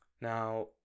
Now